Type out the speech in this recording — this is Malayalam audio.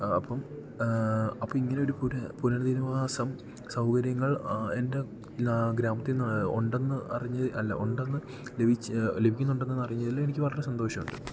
അപ്പം അപ്പ ഇങ്ങനെ ഒരു പുനരധിവാസം സൗകര്യങ്ങൾ എൻ്റെ ഗ്രാമത്തിൽ നിന്ന് ഉണ്ടെന്ന് അറിഞ്ഞു അല്ല ഉണ്ടെന്ന് ലഭിച്ചു ലഭിക്കുന്നുണ്ടെന്ന് അറിഞ്ഞതിൽ എനിക്ക് വളരെ സന്തോഷം ഉണ്ട്